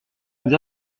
nous